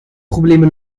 probleme